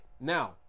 Now